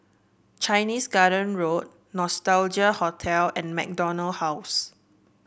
Chinese Garden Road Nostalgia Hotel and MacDonald House